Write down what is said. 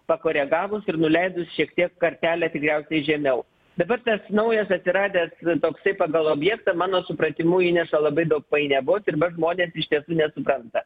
pakoregavus ir nuleidus šiek tiek kartelę tikriausiai žemiau dabar tas naujas atsiradęs toksai pagal objektą mano supratimu įneša labai daug painiavos ir va žmonės iš tiesų nesupranta